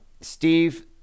Steve